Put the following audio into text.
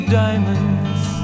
diamonds